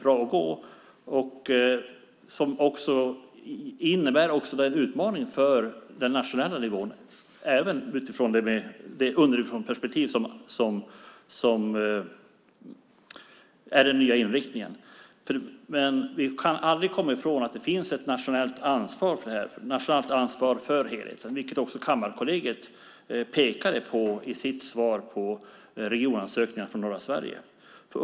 Det innebär också en utmaning för den nationella nivån även utifrån det underifrånperspektiv som är den nya inriktningen. Vi kan aldrig komma ifrån att det finns ett nationellt ansvar för helheten, vilket också Kammarkollegiet pekade på i sitt svar på regionansökningarna från norra Sverige. Fru talman!